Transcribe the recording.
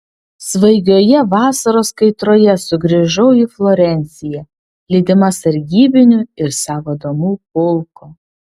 svaigioje vasaros kaitroje sugrįžau į florenciją lydima sargybinių ir savo damų pulko